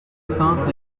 fins